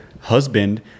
husband